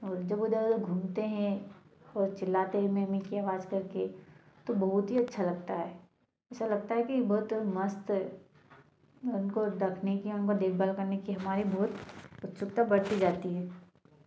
और जब वह इधर उधर घूमते हैं और चिल्लाते है में में की आवाज करके तो बहुत ही अच्छा लगता है ऐसा लगता है की बहुत मस्त उनको देखने की हमको देखभाल करने की हमारी बहुत उत्सुकता बढ़ती जाती है